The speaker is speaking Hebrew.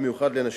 במיוחד לנשים.